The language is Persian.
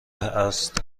است